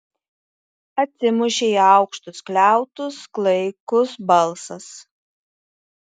atsimušė į aukštus skliautus klaikus balsas